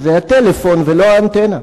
זה הטלפון, ולא האנטנה.